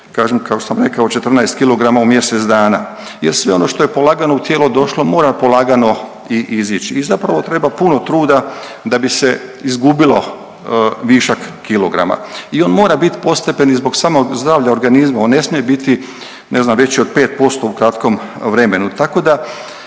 kažem kao što sam rekao 14 kg u mjesec dana jer sve ono što je polagano u tijelo došlo mora polagano i izić i zapravo treba puno truda da bi se izgubilo višak kilograma i on mora bit postepen i zbog samog zdravlja organizma, on ne smije biti ne znam veći od 5% u kratkom vremenu. Tako da